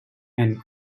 and